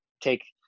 take